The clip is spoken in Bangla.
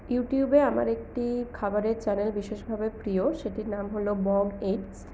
ইউটিউবে আমার একটি খাবারের চ্যানেল বিশেষভাবে প্রিয় সেটির নাম হল বং ইটস